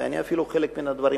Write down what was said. ואני אפילו קראתי חלק מן הדברים,